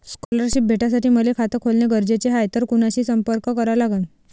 Scholarship भेटासाठी मले खात खोलने गरजेचे हाय तर कुणाशी संपर्क करा लागन?